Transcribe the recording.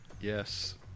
Yes